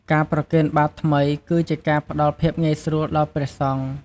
ការប្រគេនបាតថ្មី គឺជាការផ្ដល់ភាពងាយស្រួលដល់ព្រះសង្ឃ។